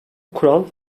kural